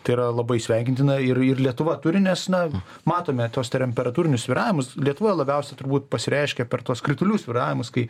tai yra labai sveikintina ir ir lietuva turi nes na matome tuos teremperatūrinius svyravimus lietuvoje labiausiai turbūt pasireiškia per tuos kritulių svyravimus kai